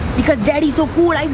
because daddy's so cool.